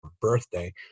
birthday